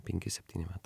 penki septyni metai